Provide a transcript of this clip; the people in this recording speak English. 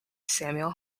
samuel